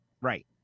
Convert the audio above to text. Right